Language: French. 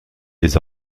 des